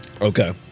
Okay